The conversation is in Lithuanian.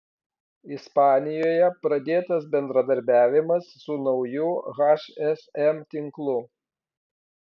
ispanijoje pradėtas bendradarbiavimas su nauju hsm tinklu